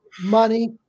money